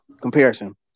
Comparison